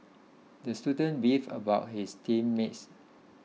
the student beefed about his team mates